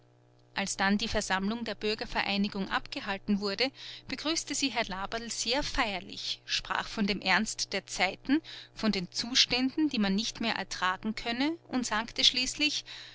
als dann die versammlung der bürgervereinigung abgehalten wurde begrüßte sie herr laberl sehr feierlich sprach von dem ernst der zeiten von den zuständen die man nicht mehr ertragen könne und sagte schließlich